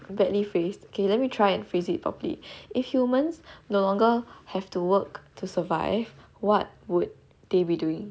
badly phrased okay let me try and phrase it properly if humans no longer have to work to survive what would they be doing